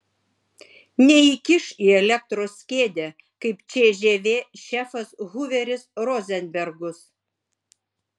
neįkiš į elektros kėdę kaip cžv šefas huveris rozenbergus